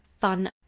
fun